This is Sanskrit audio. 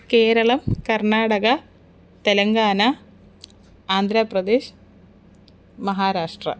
केरळं कर्नाडगा तेलङ्गाना आन्द्रप्रदेश् महाराष्ट्रम्